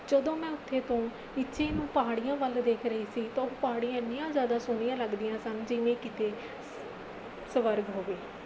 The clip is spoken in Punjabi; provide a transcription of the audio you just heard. ਜਦੋਂ ਮੈਂ ਉੱਥੇ ਤੋਂ ਨੀਚੇ ਨੂੰ ਪਹਾੜੀਆਂ ਵੱਲ ਦੇਖ ਰਹੀ ਸੀ ਤਾਂ ਉਹ ਪਹਾੜੀਆਂ ਐਨੀਆਂ ਜ਼ਿਆਦਾ ਸੋਹਣੀਆਂ ਲੱਗਦੀਆਂ ਸਨ ਜਿਵੇਂ ਕਿਤੇ ਸ ਸਵਰਗ ਹੋਵੇ